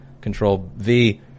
Control-V